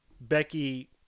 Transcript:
Becky